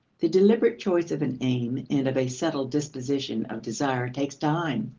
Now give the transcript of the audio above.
the deliberate choice of an aim and of a settled disposition of desire takes time.